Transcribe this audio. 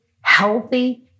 healthy